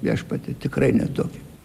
viešpatie tikrai ne tokia